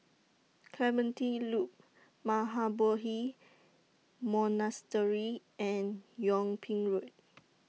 Clementi Loop Mahabodhi Monastery and Yung Ping Road